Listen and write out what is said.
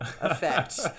effect